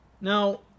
Now